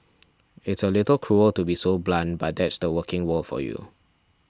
it's a little cruel to be so blunt but that's the working world for you